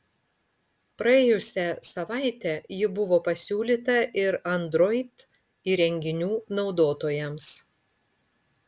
praėjusią savaitę ji buvo pasiūlyta ir android įrenginių naudotojams